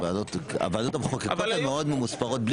הוועדות המחוקקות מאוד ממוספרות.